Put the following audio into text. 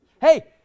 Hey